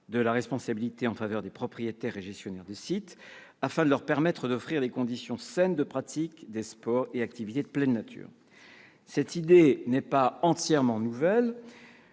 de la responsabilité en faveur des propriétaires et gestionnaires des sites, afin de leur permettre d'offrir des conditions saines de pratique des sports et activités de pleine nature. Cette idée n'est pas entièrement nouvelle.